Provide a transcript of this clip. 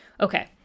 Okay